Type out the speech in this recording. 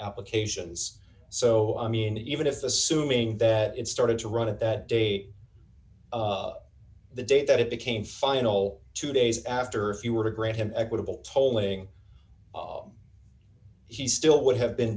applications so i mean even if the assuming that it started to run at that date the date that it became final two days after if you were to grant him equitable tolling he still would have been